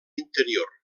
interior